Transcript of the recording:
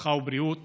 הרווחה והבריאות